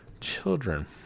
Children